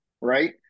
right